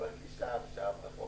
היא אומרת לי: שם, שם, רחוק.